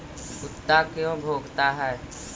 कुत्ता क्यों भौंकता है?